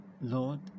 Lord